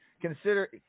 consider